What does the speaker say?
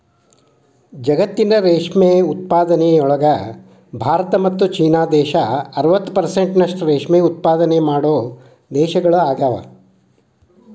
ಜಗತ್ತಿನ ರೇಷ್ಮೆ ಉತ್ಪಾದನೆಯೊಳಗ ಭಾರತ ಮತ್ತ್ ಚೇನಾ ದೇಶ ಅರವತ್ ಪೆರ್ಸೆಂಟ್ನಷ್ಟ ರೇಷ್ಮೆ ಉತ್ಪಾದನೆ ಮಾಡೋ ದೇಶಗಳಗ್ಯಾವ